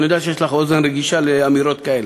אני יודע שיש לך אוזן רגישה לאמירות כאלה,